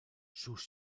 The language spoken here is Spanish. sus